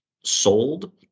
sold